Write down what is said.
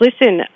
listen